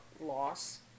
loss